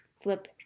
flip